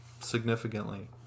significantly